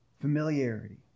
familiarity